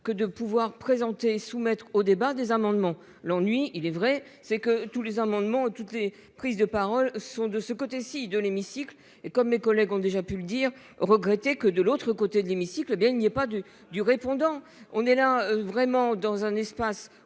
que de pouvoir présenter soumettre au débat des amendements. L'ennui, il est vrai, c'est que tous les amendements toutes les prises de parole sont, de ce côté-ci de l'hémicycle et comme mes collègues ont déjà pu le dire regrettait que de l'autre côté de l'hémicycle, bien il n'y ait pas du du répondant. On est là vraiment dans un espace